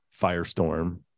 firestorm